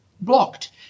blocked